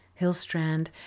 Hillstrand